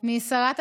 משרת התיירות,